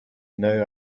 now